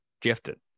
gifted